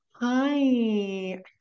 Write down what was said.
hi